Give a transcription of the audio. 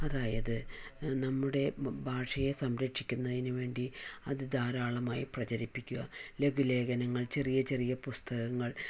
അതായത് നമ്മുടെ ഭാഷയെ സംരക്ഷിക്കുന്നതിന് വേണ്ടി അത് ധാരാളമായി പ്രചരിപ്പിക്കുക ലഘുലേഖനങ്ങൾ ചെറിയ ചെറിയ പുസ്തകങ്ങൾ